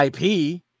IP